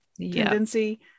tendency